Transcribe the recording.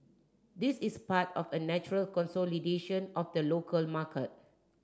this is part of a natural consolidation of the local market